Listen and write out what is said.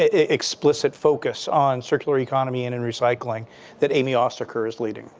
ah explicit focus on circular economy and and recycling that amy ostoker is leading.